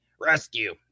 Rescue